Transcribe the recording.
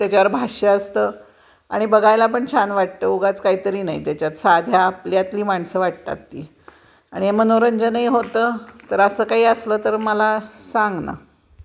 त्याच्यावर भाष्य असतं आणि बघायला पण छान वाटतं उगाच काहीतरी नाही त्याच्यात साधं आपल्यातली माणसं वाटतात ती आणि हे मनोरंजनही होतं तर असं काही असलं तर मला सांग ना